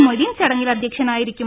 മൊയ്തീൻ ചടങ്ങിൽ അധ്യക്ഷനായിരിക്കും